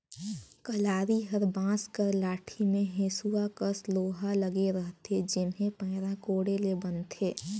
कलारी हर बांस कर लाठी मे हेसुवा कस लोहा लगे रहथे जेम्हे पैरा कोड़े ले बनथे